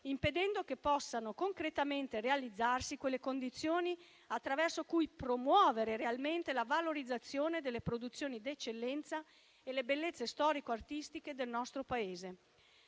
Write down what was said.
impedendo che possano concretamente realizzarsi quelle condizioni attraverso cui promuovere realmente la valorizzazione delle produzioni d'eccellenza e le bellezze storico-artistiche del nostro Paese.